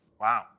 Wow